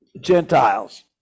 Gentiles